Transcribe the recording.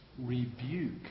rebuke